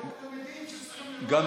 מה עם התלמידים שצריכים כבר